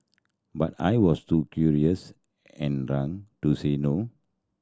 but I was too curious and drunk to say no